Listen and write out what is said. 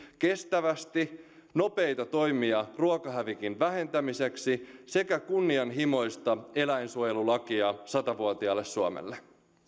kestävästi nopeita toimia ruokahävikin vähentämiseksi sekä kunnianhimoista eläinsuojelulakia sata vuotiaalle suomelle